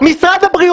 משרד הבריאות,